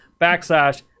backslash